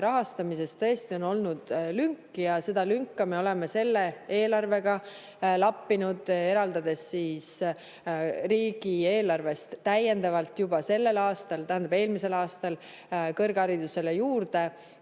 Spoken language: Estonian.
rahastamises tõesti on olnud lünk ja seda lünka me oleme selle eelarvega lappinud, eraldades riigieelarvest täiendavalt juba eelmisel aastal kõrgharidusele juurde